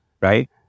Right